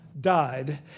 died